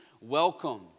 welcome